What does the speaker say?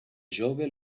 jove